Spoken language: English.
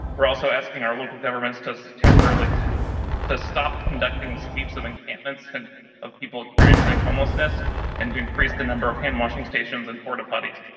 we're also asking our local governments to temporarily to stop conducting sweeps of encampments and people experiencing homelessness and to increase the number of hand washing stations in porta potties.